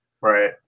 Right